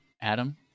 Adam